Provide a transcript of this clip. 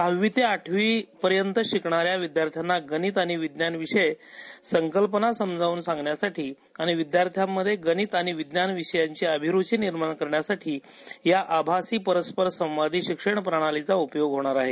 सहावी ते आठवीमध्ये शिकणाऱ्या विद्यार्थ्यांना गणित आणि विज्ञान विषय संकल्पना समजावून सांगण्यासाठी आणि विद्यार्थ्यांमध्ये गणित आणि विज्ञान विषयांची अभिरुची निर्माण करण्यासाठी या आभासी परस्परसंवादी शिक्षण प्रणालीचा उपयोग होणार आहे